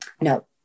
No